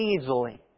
easily